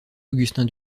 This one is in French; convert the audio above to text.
augustin